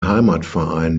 heimatverein